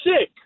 sick